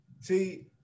See